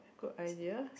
good ideas